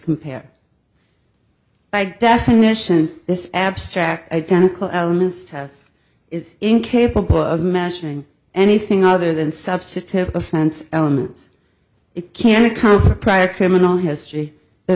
compare by definition this abstract identical elements tess is incapable of measuring anything other than substantive offense elements it can become a prior criminal history the